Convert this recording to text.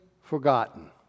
forgotten